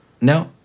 No